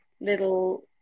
little